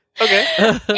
Okay